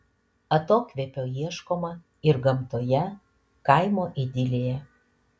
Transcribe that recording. atokvėpio ieškoma ir gamtoje kaimo idilėje